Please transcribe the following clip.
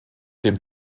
dem